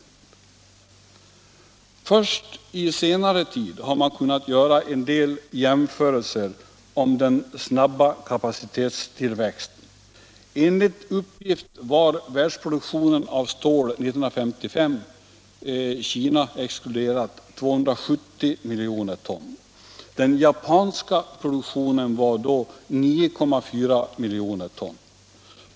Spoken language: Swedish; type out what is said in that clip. Först i senare tid har man kunnat göra en del jämförelser om den snabba kapacitetstillväxten. Enligt uppgift var världsproduktionen av stål 1955 — Kina exkluderat — 270 miljoner ton. Den japanska produktionen var då 9,4 miljoner ton.